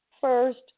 first